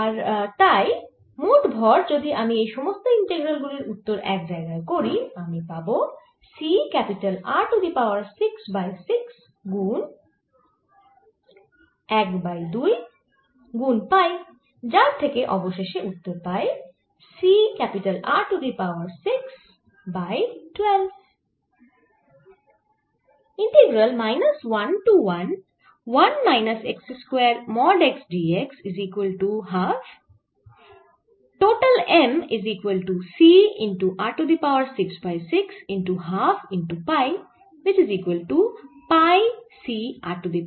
আর তাই মোট ভর যদি আমি এই সমস্ত ইন্টিগ্রাল গুলির উত্তর এক জায়গায় করি আমি পাবো C R to the power 6 by 6 গুন 1 1 বাই 2 গুন পাই যার থেকে অবশেষে উত্তর আসে পাই C R to the power 6 by 12